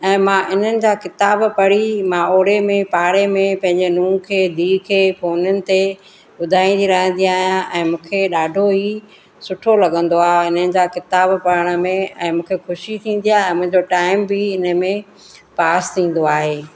ऐं मां इन्हनि जा किताब पढ़ी मां ओड़े में पाड़े में पंहिंजे नुहं खे धीउ खे फोननि ते ॿुधाईंदी रहंदी आहियां ऐं मूंखे ॾाढो ई सुठो लॻंदो आहे हिननि जा किताब पढ़ण में ऐं मूंखे ख़ुशी थींदी आहे मुंहिंजो टाइम बि इन में पास थींदो आहे